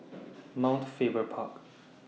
Mount Faber Park